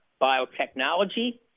biotechnology